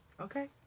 Okay